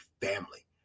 family